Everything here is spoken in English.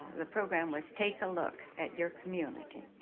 the program was take a look at your community.